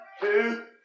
two